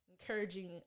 encouraging